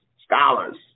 scholars